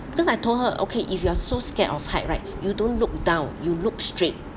because I told her okay if you are so scared of height right you don't look down you look straight